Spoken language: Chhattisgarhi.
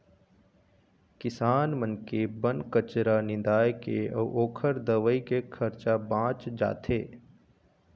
किसान मन के बन कचरा निंदाए के अउ ओखर दवई के खरचा बाच जाथे